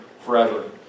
forever